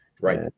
Right